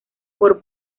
por